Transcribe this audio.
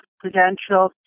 credential